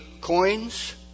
coins